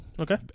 Okay